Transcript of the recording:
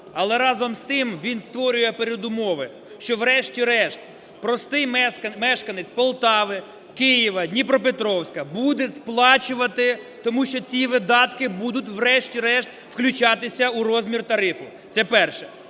Але, разом з тим, він створює передумови, що, врешті-решт, простий мешканець Полтави, Києва, Дніпропетровська буде сплачувати, тому що ці видатки будуть, врешті-решт, включатися у розмір тарифу – це перше.